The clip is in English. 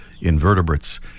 invertebrates